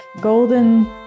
golden